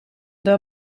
daar